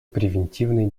превентивной